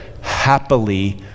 happily